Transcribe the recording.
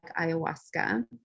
ayahuasca